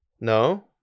No